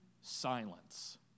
silence